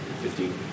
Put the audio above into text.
Fifteen